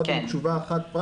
לעמוד בדרישה הזאת.